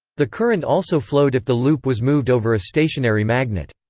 the current also flowed if the loop was moved over a stationary magnet.